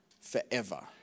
forever